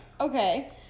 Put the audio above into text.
Okay